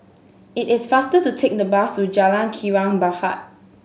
it is faster to take the bus to Jalan Kilang Barat